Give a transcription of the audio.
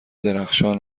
درخشان